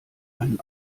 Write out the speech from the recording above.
einen